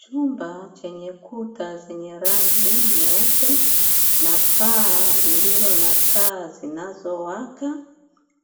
Chumba chenye kuta zenye rangi nyeupe, na paa lililo na taa zinazowaka,